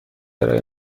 ارائه